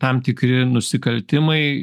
tam tikri nusikaltimai